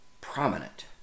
prominent